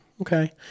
okay